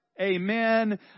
Amen